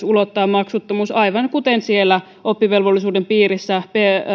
ulottaa myös maksuttomuus sinne aivan kuten siellä oppivelvollisuuden piirissä